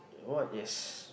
what is